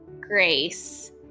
grace